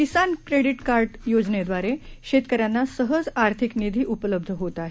किसान credit card योजनेद्वारे शेतकऱ्यांना सहज आर्थिक निधी उपलब्ध होत आहे